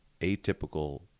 atypical